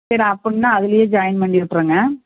சரி அப்புடின்னா அதுலேயே ஜாயின் பண்ணிவிட்டுருங்க